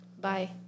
Bye